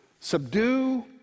subdue